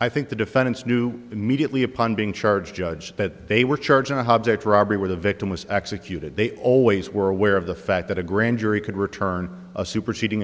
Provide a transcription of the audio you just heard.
i think the defendants knew immediately upon being charged judge that they were charging a hobbs act robbery where the victim was executed they always were aware of the fact that a grand jury could return a superseding